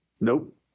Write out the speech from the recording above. Nope